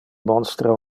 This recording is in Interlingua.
monstra